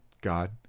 God